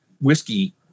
whiskey